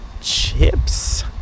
chips